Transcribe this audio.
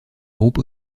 groupe